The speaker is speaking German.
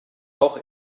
auch